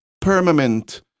permanent